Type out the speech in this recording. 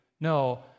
No